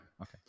okay